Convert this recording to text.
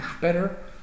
better